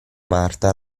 marta